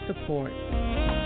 support